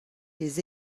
les